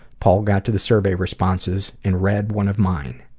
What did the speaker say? paul got to the surveys responses and read one of mine.